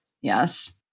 Yes